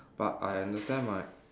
but I understand my